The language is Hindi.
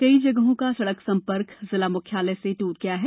कई जगहों का सड़क संपर्क जिला मुख्यालय से टूट गया है